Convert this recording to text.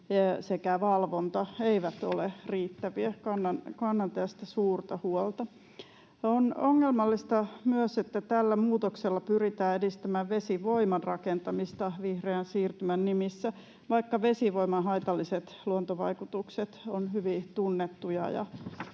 sekä valvonta eivät ole riittäviä. Kannan tästä suurta huolta. On myös ongelmallista, että tällä muutoksella pyritään edistämään vesivoiman rakentamista vihreän siirtymän nimissä, vaikka vesivoiman haitalliset luontovaikutukset ovat hyvin tunnettuja